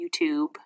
YouTube